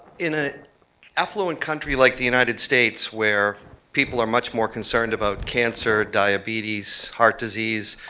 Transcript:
in an affluent country like the united states, where people are much more concerned about cancer, diabetes, heart disease,